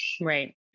Right